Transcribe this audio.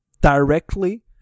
directly